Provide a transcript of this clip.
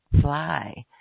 fly